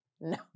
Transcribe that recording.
No